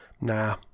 nah